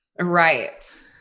right